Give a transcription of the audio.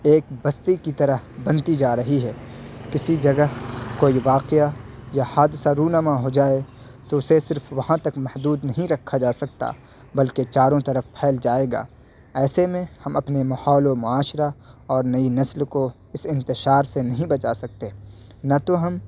ایک بستی کی طرح بنتی جا رہی ہے کسی جگہ کوئی واقعہ یا حادثہ رونما ہو جائے تو اسے صرف وہاں تک محدود نہیں رکھا جا سکتا بلکہ چاروں طرف پھیل جائے گا ایسے میں ہم اپنے ماحول و معاشرہ اور نئی نسل کو اس انتشار سے نہیں بچا سکتے نہ تو ہم